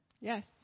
Yes